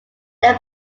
they